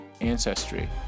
ancestry